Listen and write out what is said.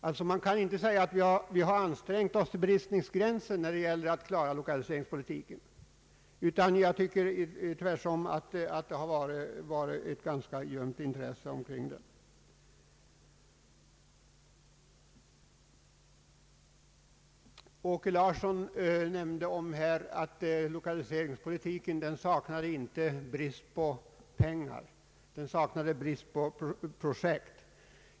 Det kan inte påstås att vi har ansträngt oss till bristningsgränsen när det gällt att klara lokaliseringspolitiken. Tvärtom anser jag att intresset kring den har varit ganska ljumt. Herr Åke Larsson nämnde att det inte är brist på pengar för lokaliseringspolitiken utan brist på projekt.